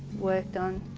worked on.